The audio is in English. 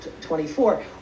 24